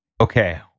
okay